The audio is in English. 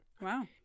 wow